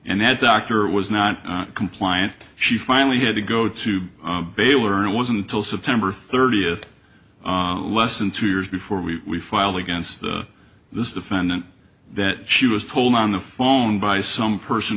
and that doctor was not compliant she finally had to go to baylor and it wasn't until september thirtieth less than two years before we filed against this defendant that she was told on the phone by some person